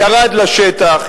ירד לשטח,